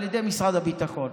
על ידי משרד הביטחון.